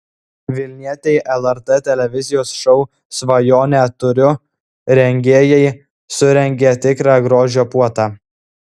vilnietei lrt televizijos šou svajonę turiu rengėjai surengė tikrą grožio puotą